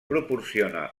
proporciona